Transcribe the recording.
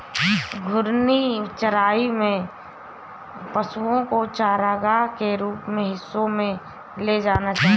घूर्णी चराई में पशुओ को चरगाह के कुछ हिस्सों में ले जाया जाता है